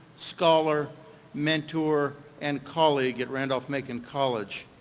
scholar mentor and colleague at randolph-macon college.